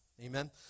Amen